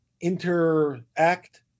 interact